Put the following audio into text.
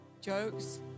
jokes